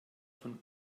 von